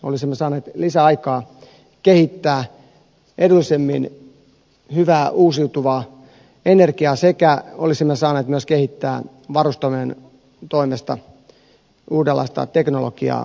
olisimme saaneet lisäaikaa kehittää edullisemmin hyvää uusiutuvaa energiaa sekä olisimme saaneet myös kehittää varustamojen toimesta uudenlaista teknologiaa puhdistaa näitä savukaasuja